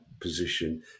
position